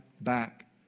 back